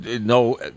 No